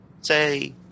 say